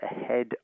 ahead